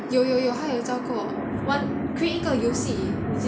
有有有他有教过玩 create 一个游戏你记得吗